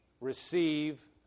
receive